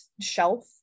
shelf